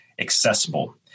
accessible